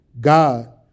God